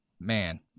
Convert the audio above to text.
man